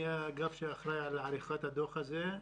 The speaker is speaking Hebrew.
אני ראש האגף שאחראי על עריכת הדוח הזה.